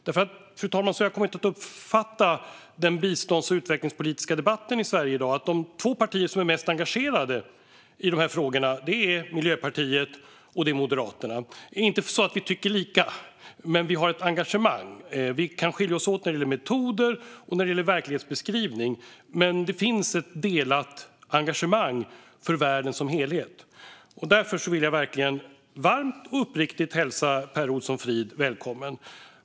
Som jag har kommit att uppfatta den bistånds och utvecklingspolitiska debatten i Sverige i dag, fru talman, är det nämligen så att de två partier som är mest engagerade i dessa frågor är Miljöpartiet och Moderaterna. Det är inte så att vi tycker lika, men vi har ett engagemang. Vi kan skilja oss åt när det gäller metoder och när det gäller verklighetsbeskrivning, men det finns ett delat engagemang för världen som helhet. Därför vill jag verkligen varmt och uppriktigt hälsa Per Olsson Fridh välkommen.